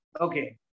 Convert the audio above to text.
Okay